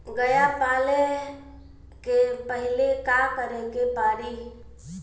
गया पाले से पहिले का करे के पारी?